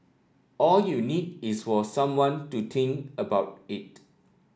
all you need is for someone to think about it